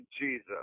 Jesus